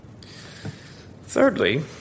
Thirdly